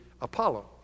Apollo